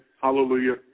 Hallelujah